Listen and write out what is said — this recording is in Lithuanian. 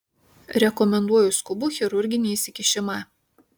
rekomenduoju skubų chirurginį įsikišimą